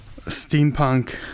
steampunk